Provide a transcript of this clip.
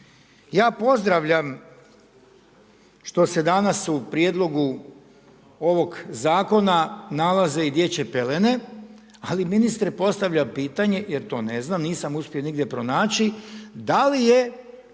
Ja pozdravljam što se danas u prijedlogu ovog Zakona nalaze i dječje pelene, ali ministre, postavljam pitanje, jer to ne znam, nisam uspio nigdje pronaći, da li je